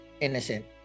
innocent